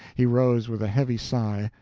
he rose with a heavy sigh,